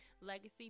legacy